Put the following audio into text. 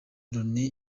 loni